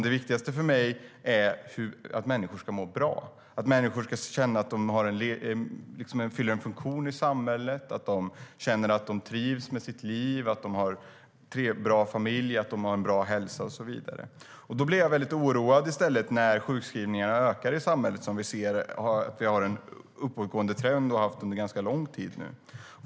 Det viktigaste för mig är att människor ska må bra. Människor ska känna att de fyller en funktion i samhället, att de känner att de trivs med sitt liv, att de har en bra familj, en bra hälsa och så vidare. Jag blir i stället väldigt oroad när jag ser att sjukskrivningarna i samhället ökar. Vi har en uppåtgående trend och har haft det nu under ganska lång tid.